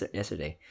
yesterday